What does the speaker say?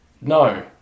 No